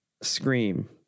scream